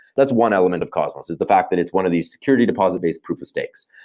that's one element of cosmos, is the fact that it's one of these security deposit based proof of stakes.